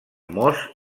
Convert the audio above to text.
mos